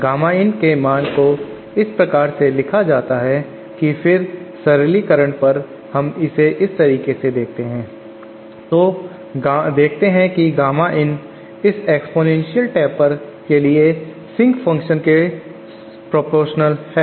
gamma in के मान को इस प्रकार से लिखा जा सकता है और फिर सरलीकरण पर हम इसे इस तरीके से देखते हैं तो देखते हैं कि गामा in इस एक्स्पोनेंशियल टेपर के लिए सिंक फंक्शन के प्रोपोर्शनल समानुपाती है